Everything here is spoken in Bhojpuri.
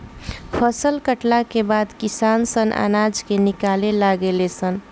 फसल कटला के बाद किसान सन अनाज के निकाले लागे ले सन